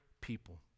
people